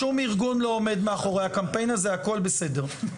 שום ארגון לא עומד מאחורי הקמפיין הזה הכל בסדר,